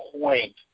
point